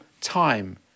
time